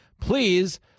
Please